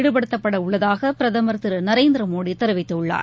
ஈடுபடுத்தப்படஉள்ளதாகபிரதமர் திருநரேந்திரமோடிதெரிவித்துள்ளார்